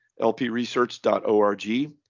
lpresearch.org